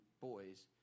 boys